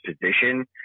position